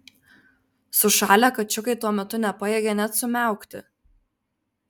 sušalę kačiukai tuo metu nepajėgė net sumiaukti